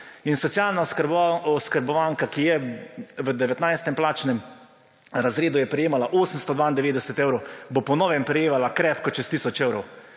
In socialna oskrbovanka, ki je v 19. plačnem razredu, je prejemala 892 evrov, bo po novem prejemala krepko čez tisoč evrov.